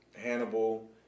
Hannibal